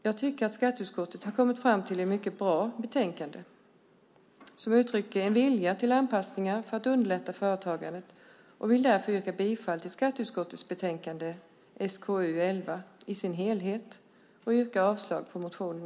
Jag tycker att skatteutskottet har kommit fram till ett mycket bra betänkande som uttrycker en vilja till anpassningar för att underlätta företagandet och vill därför yrka bifall till förslaget i skatteutskottets betänkande, SkU11, i sin helhet och avslag på motionerna.